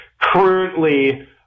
currently